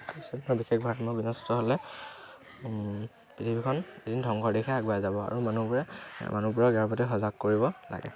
তাৰপিছত বিশেষ ভাৰসাম্য বিনষ্ট হ'লে পৃথিৱীখন এদিন ধ্বংসৰ দিশে আগুৱাই যাব আৰু মানুহবোৰে মানুহবোৰক ইয়াৰ প্ৰতি সজাগ কৰিব লাগে